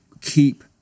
keep